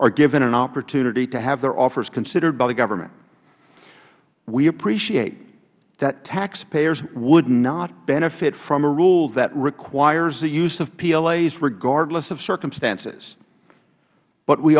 are given an opportunity to have their offers considered by the government we appreciate that taxpayers would not benefit from a rule that requires the use of plas regardless of circumstances but we